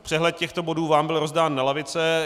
Přehled těchto bodů vám byl rozdán na lavice.